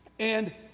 and,